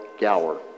Gower